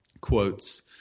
quotes